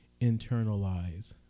internalize